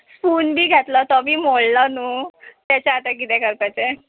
spoon बी घेतलो तो बी मोडलो न्हू तेचें आतां किदें करपाचें